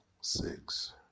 six